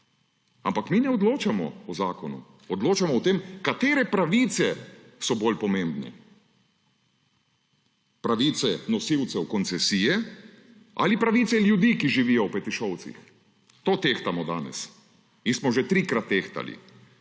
Ampak mi ne odločamo o zakonu, odločamo o tem, katere pravice so bolj pomembne: pravice nosilcev koncesije ali pravice ljudi, ki živijo v Petišovcih. To tehtamo danes. In smo že trikrat tehtali